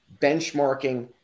benchmarking